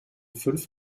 fünf